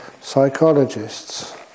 psychologists